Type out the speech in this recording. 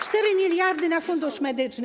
4 mld zł na Fundusz Medyczny.